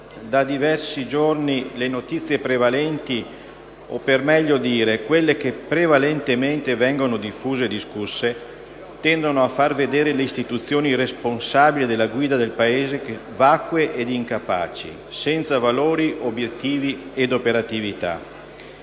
da diversi giorni le notizie prevalenti, o per meglio dire quelle che prevalentemente vengono diffuse e discusse, tendono a far vedere le istituzioni responsabili della guida del Paese vacue ed incapaci, senza valori, obiettivi ed operatività.